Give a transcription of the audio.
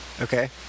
Okay